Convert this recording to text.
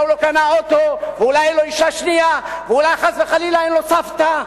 הוא לא קנה אוטו ואולי אין לו אשה שנייה ואולי חס וחלילה אין לו סבתא,